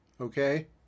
okay